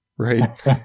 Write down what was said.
Right